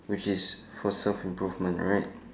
which is for self improvement right